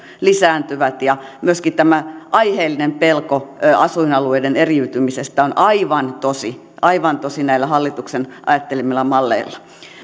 lisääntyvät ja myöskin aiheellinen pelko asuinalueiden eriytymisestä on aivan tosi aivan tosi näillä hallituksen ajattelemilla malleilla